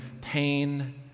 pain